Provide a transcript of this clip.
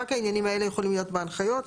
רק העניינים האלה יכולים להיות בהנחיות.